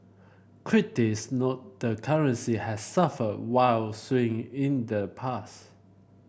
critics note the currency has suffered wild swing in the past